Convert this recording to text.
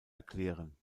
erklären